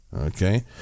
Okay